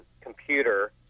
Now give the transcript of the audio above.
computer